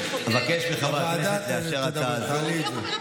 אני מבקש מחברי הכנסת לאשר הצעה זו.